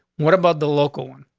what about the local one?